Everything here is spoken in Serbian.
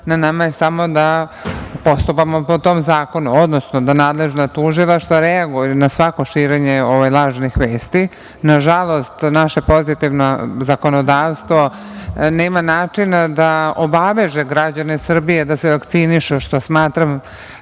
Na nama je samo da postupamo po tom zakonu, odnosno da nadležna tužilaštva reaguju na svako širenje ovih lažnih vesti. Na žalost, to naše pozitivno zakonodavstvo nema načina da obaveže građane Srbije da se vakcinišu, što smatram